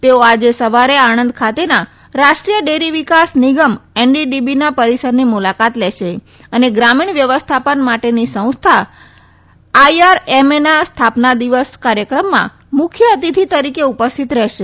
તેઓ આજે સવારે આણંદ ખાતેના રાષ્ટ્રીય ડેરી વિકાસ નિગમ એનડીડીબીના પરીસરની મુલાકાત લેશે અને ગ્રામીણ વ્યવસ્થાપન માટેની સસ્થા આઇઆરએમએ ના સ્થાપના દિવસ કાર્યક્રમમાં મુખ્ય અતિથિ તરીકે ઉપસ્થિત રહેશે